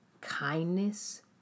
kindness